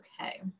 okay